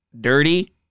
dirty